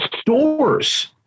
stores